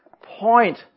point